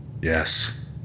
Yes